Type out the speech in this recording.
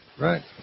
Right